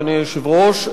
אדוני היושב-ראש,